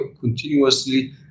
continuously